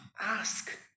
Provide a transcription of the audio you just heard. ask